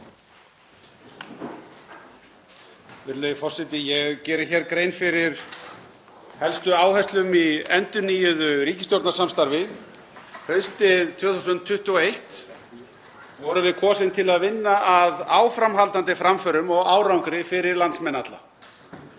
Virðulegi forseti. Ég geri hér grein fyrir helstu áherslum í endurnýjuðu ríkisstjórnarsamstarfi. Haustið 2021 vorum við kosin til að vinna að áframhaldandi framförum og árangri fyrir landsmenn alla.